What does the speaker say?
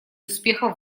успехов